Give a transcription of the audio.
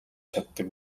чаддаг